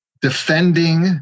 Defending